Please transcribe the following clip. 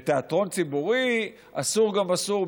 בתיאטרון ציבורי אסור גם אסור,